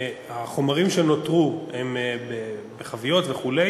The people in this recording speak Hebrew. החומרים שנותרו הם בחביות וכו'.